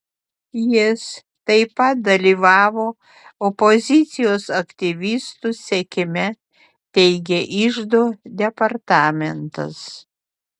jis taip pat dalyvavo opozicijos aktyvistų sekime teigė iždo departamentas